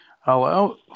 Hello